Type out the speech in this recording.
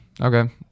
Okay